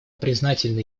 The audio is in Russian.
признательны